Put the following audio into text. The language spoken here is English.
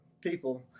people